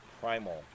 primal